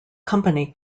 company